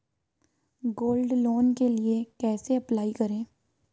Gold loan के लिए कैसे अप्लाई करें?